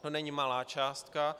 To není malá částka.